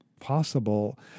possible